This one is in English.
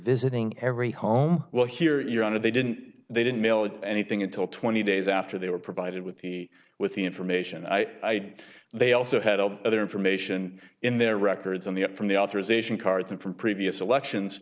visiting every home will hear your honor they didn't they didn't mail it anything until twenty days after they were provided with the with the information i they also had all the other information in their records on the up from the authorization cards and from previous elections